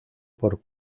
por